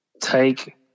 take